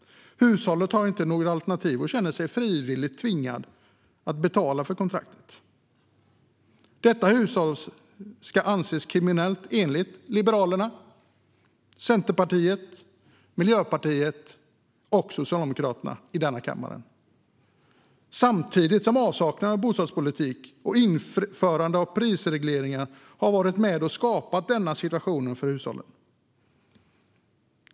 Hushållet har inga alternativ och känner sig frivilligt tvingat att betala för kontraktet. Detta hushåll ska anses kriminellt, enligt Liberalerna, Centerpartiet, Miljöpartiet och Socialdemokraterna i denna kammare - samtidigt som avsaknaden av bostadspolitik och införandet av prisregleringar har varit med och skapat situationen för hushållet.